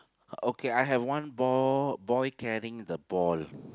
okay I have one ball boy carrying the ball